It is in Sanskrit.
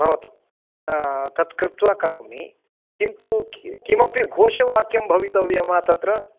भवतु तत्कृत्वा करोमि किन्तु किं किमपि घोषवाक्यं भवितव्यं वा तत्र